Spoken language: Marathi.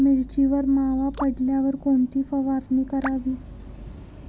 मिरचीवर मावा पडल्यावर कोणती फवारणी करावी?